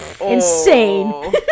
Insane